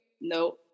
no